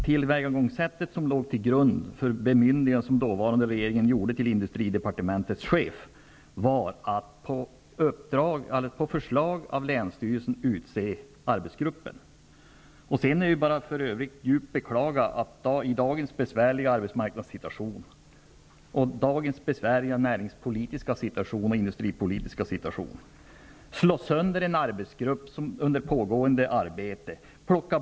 Tillvägagångssättet som låg till grund för det bemyndigande som den dåvarande regeringen gav till industridepartementets chef, var att på förslag av länsstyrelsen utse arbetsgrup pen. Det är bara att djupt beklaga att i dagens besvär liga arbetsmarknadssituation, närings och indu stripolitiska situation, en arbetsgrupp slås sönder under pågående arbete.